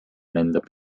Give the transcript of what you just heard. lendab